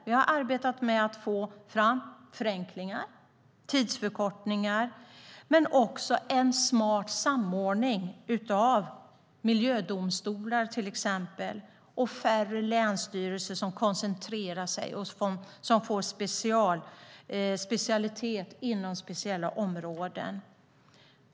Vi har arbetat med att få fram förenklingar och tidsförkortningar men också en smart samordning av till exempel miljödomstolar och färre länsstyrelser som koncentrerar sig och som får specialkompetens på speciella områden.